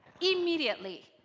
Immediately